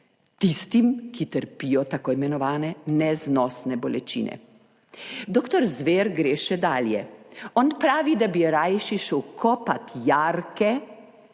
tistim, ki trpijo tako imenovane neznosne bolečine. Doktor Zver gre še dalje, on pravi, da bi rajši šel kopat jarke